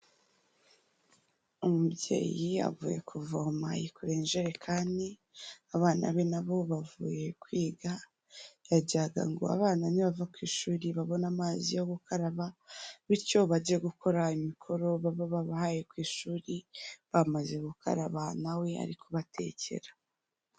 Umubyeyi avuye kuvoma yikoreye injerekani, abana be na bo bavuye kwiga, yagiraga ngo abana ni bava ku ishuri babone amazi yo gukaraba bityo bajye gukora imikoro baba babahaye ku ishuri bamaze gukaraba na we ari kubatekera.